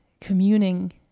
communing